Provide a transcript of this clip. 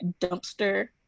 dumpster